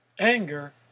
Anger